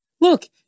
Look